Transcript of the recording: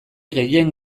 gehien